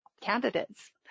candidates